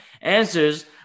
answers